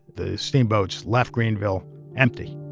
the steamboats left greenville empty.